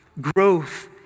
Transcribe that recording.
Growth